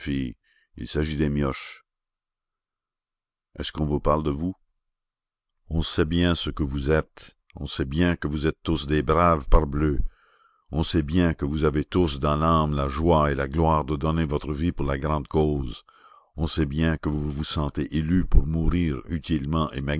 il s'agit des mioches est-ce qu'on vous parle de vous on sait bien ce que vous êtes on sait bien que vous êtes tous des braves parbleu on sait bien que vous avez tous dans l'âme la joie et la gloire de donner votre vie pour la grande cause on sait bien que vous vous sentez élus pour mourir utilement